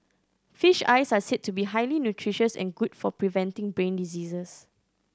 fish eyes are said to be highly nutritious and good for preventing brain diseases